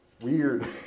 weird